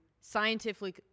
scientifically